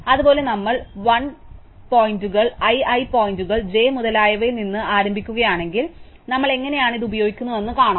അതുപോലെ നമ്മൾ l l പോയിന്റുകൾ i i പോയിന്റ് j മുതലായവയിൽ നിന്ന് ആരംഭിക്കുകയാണെങ്കിൽ നമ്മൾ എങ്ങനെയാണ് ഇത് ഉപയോഗിക്കുന്നതെന്ന് ഞങ്ങൾ കാണും